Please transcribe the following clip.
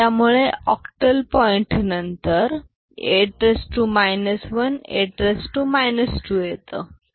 त्यामुळे octal point नंतर 8 1 8 2 येतं